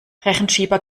rechenschieber